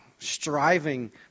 striving